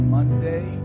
Monday